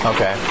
Okay